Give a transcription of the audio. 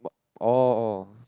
orh orh